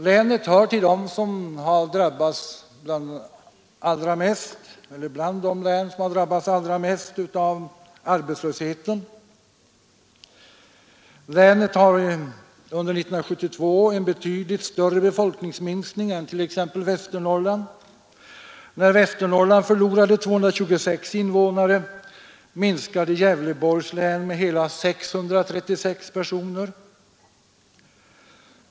Länet är bland de län som drabbats allra mest av arbetslösheten. Gävleborgs län hade under 1972 en betydligt större befolkningsminskning än t.ex. Västernorrlands län. När Västernorrlands län förlorade 226 invånare minskade Gävleborgs län med hela 636 personer.